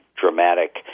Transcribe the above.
dramatic